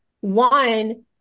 one